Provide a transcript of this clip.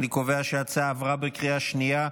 אני קובע שההצעה עברה בקריאה השנייה.